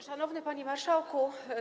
Szanowny Panie Marszałku!